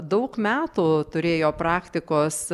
daug metų turėjo praktikos